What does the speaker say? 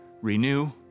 renew